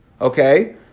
Okay